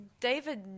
David